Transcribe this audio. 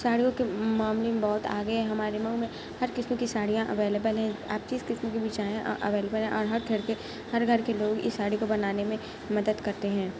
ساڑیوں کے معاملے میں بہت آگے ہے ہمارے مئو میں ہر قسم کی ساڑیاں اویلیبل ہیں آپ جس قسم کی بھی چاہیں اویلیبل ہیں اور ہر گھر کے ہر گھر کے لوگ اس ساڑی کو بنانے میں مدد کرتے ہیں